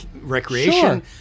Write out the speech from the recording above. Recreation